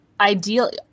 Ideally